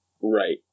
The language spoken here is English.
Right